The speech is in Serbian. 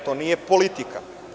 To nije politika.